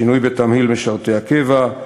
שינוי בתמהיל משרתי הקבע,